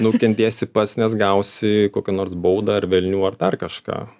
nukentėsi pats nes gausi kokią nors baudą ar velnių ar dar kažką